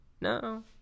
No